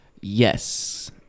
Yes